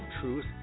Truth